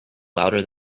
louder